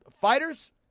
fighters